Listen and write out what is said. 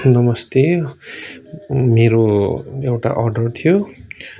नमस्ते मेरो एउटा अर्डर थियो